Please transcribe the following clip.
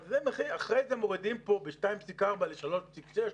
אחרי כן מורידים כאן ב-2,4 ל-3,6,